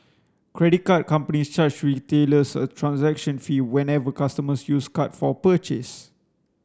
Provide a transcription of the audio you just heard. credit card companies charge retailers a transaction fee whenever customers use card for a purchase